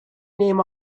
name